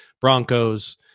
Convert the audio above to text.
Broncos